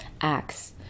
acts